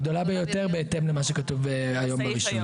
הגדולה ביותר בהתאם למה שכתוב היום ברישוי.